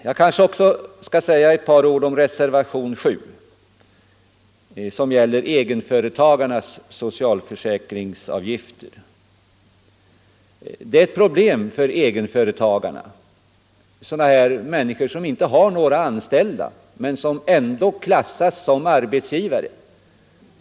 Jag kanske också får säga några ord om reservationen 7, som gäller egenavgifter för företagare och fria yrkesutövare som inte har några anställda men ändå klassas som arbetsgivare.